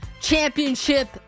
championship